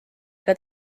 ega